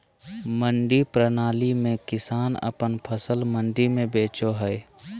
मंडी प्रणाली में किसान अपन फसल मंडी में बेचो हय